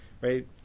right